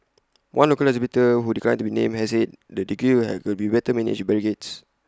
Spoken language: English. one local exhibitor who declined to be named said the queue could be better managed with barricades